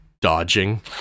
dodging